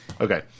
Okay